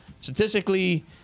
Statistically